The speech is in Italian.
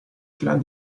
clan